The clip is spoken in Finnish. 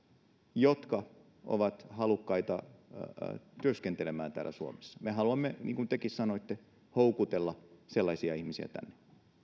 jotka ovat halukkaita työskentelemään täällä suomessa me haluamme niin kuin tekin sanoitte houkutella sellaisia ihmisiä tänne